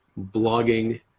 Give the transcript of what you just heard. blogging